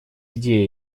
идеи